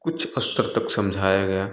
कुछ स्तर तक समझाया गया